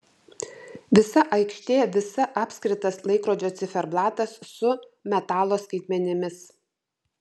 visa aikštė visa apskritas laikrodžio ciferblatas su metalo skaitmenimis